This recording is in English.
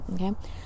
Okay